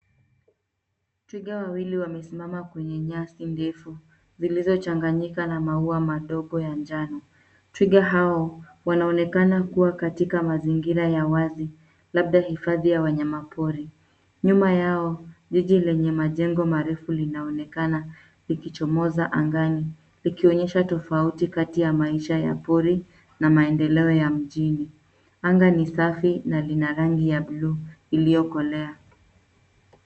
Twiga wawili wamesimama kwenye nyasi ndefu zilizochanganyika na maua madogo ya njano. Twiga hao wanaonekana kuwa katika mazingira ya wazi labda hifadhi ya wanyamapori. Nyuma yao jiji lenye majengo marefu linaonekana likichomoza angani likionyesha tofauti kati ya maisha ya pori na maendeleo ya mjini. Anga ni safi na lina rangi ya blue iliyokolea.